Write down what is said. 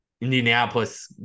Indianapolis